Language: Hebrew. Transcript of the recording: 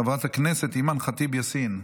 חברת הכנסת אימאן ח'טיב יאסין,